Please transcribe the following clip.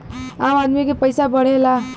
आम आदमी के पइसा बढ़ेला